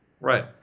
Right